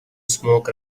smoke